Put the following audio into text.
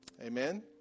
Amen